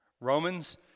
Romans